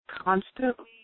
constantly